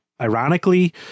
ironically